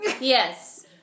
Yes